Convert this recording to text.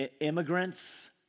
immigrants